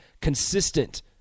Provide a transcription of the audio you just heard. consistent